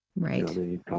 Right